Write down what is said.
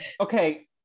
okay